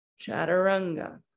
chaturanga